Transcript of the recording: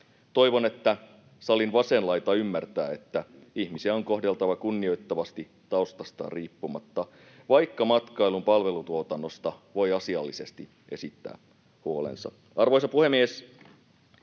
Toivon, että salin vasen laita ymmärtää, että ihmisiä on kohdeltava kunnioittavasti taustastaan riippumatta, vaikka matkailun palvelutuotannosta voi asiallisesti esittää huolensa. Arvoisa puhemies!